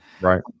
right